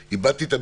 הדיון אתמול היה